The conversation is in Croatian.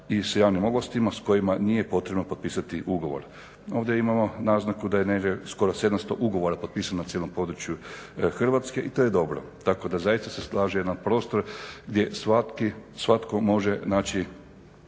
i sa javnim ovlastima s kojima nije potrebno potpisati ugovor. Ovdje imamo naznaku da je negdje skoro 700 ugovora potpisano na cijelom području Hrvatske i to je dobro. Tako da zaista se slaže jedan prostor gdje svatko može naći